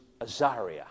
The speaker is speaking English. Azaria